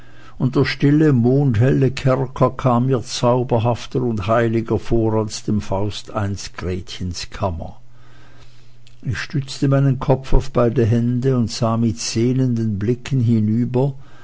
und der stille mondhelle kerker kam mir zauberhafter und heiliger vor als dem faust einst gretchens kammer ich stützte meinen kopf auf beide hände und sah mit sehnenden blicken hinüber